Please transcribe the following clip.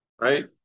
right